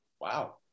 wow